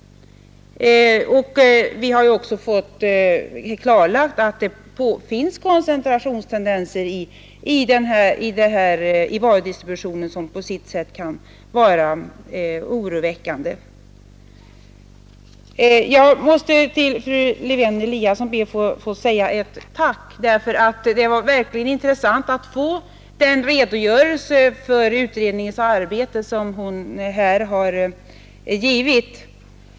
Vi har ju också fått klarlagt att det finns koncentrationstendenser i varudistributionen som på sitt sätt kan vara oroväckande. Jag måste be att få rikta ett tack till fru Lewén-Eliasson. Det var verkligen intressant att få den redogörelse för utredningens arbete som hon här har givit.